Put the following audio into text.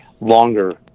longer